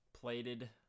plated